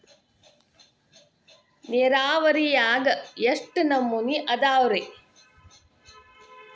ನೇರಾವರಿಯಾಗ ಎಷ್ಟ ನಮೂನಿ ಅದಾವ್ರೇ?